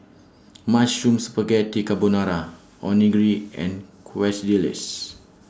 Mushroom Spaghetti Carbonara Onigiri and